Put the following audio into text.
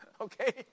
okay